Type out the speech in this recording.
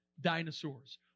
dinosaurs